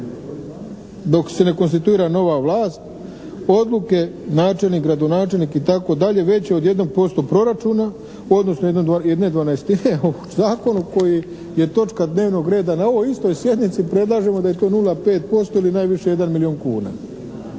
dok se ne konstituira nova vlast odluke načelnik, gradonačelnik i tako dalje već je od 1% proračuna odnosno 1/12 o zakonu koji je točka dnevnog reda na ovoj istoj sjednici predlažemo da je to 0,5% ili najviše 1 milijun kuna.